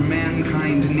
mankind